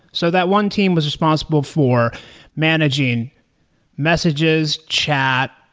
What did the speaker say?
so that one team was responsible for managing messages, chat,